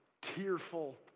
tearful